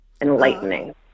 enlightening